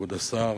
כבוד השר